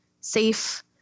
safe